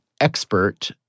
expert